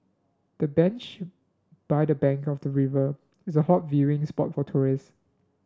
the bench by the bank of the river is a hot viewing spot for tourists